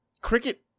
Cricket